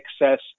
excess